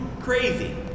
crazy